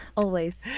always.